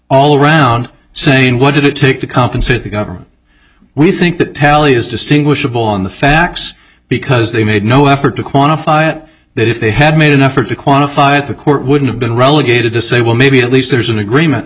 all around saying what did it take to compensate the government we think that tally is distinguishable on the facts because they made no effort to quantify it that if they had made an effort to quantify it the court would have been relegated to say well maybe at least there's an agreement